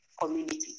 community